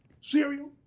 cereal